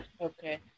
Okay